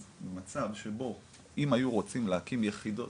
אז מצב שבו אם היו רוצים להקים יחידות,